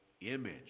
image